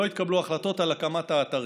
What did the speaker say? לא התקבלו החלטות על הקמת האתרים.